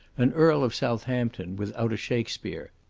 an earl of southampton without a shakespeare.